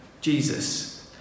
Jesus